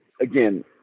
again